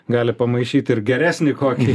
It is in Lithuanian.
gali pamaišyt ir geresnį kokį